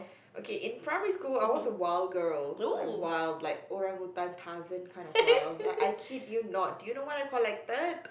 okay in primary school I was a wild girl like wild like Orang utan Tarzan kind of wild like I kid you not